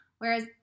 Whereas